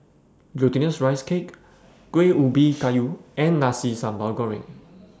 Glutinous Rice Cake Kuih Ubi Kayu and Nasi Sambal Goreng